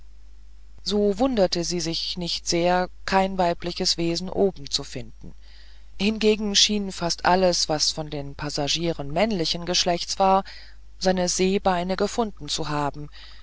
so wunderte sie sich nicht sehr kein weibliches wesen oben zu finden hingegen schien fast alles was von den passagieren männlichen geschlechtes war seine seebeine gefunden zu haben